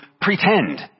pretend